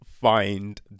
find